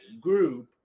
group